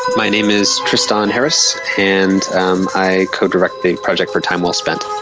my name is tristan harris and i codirect the project for time well spent.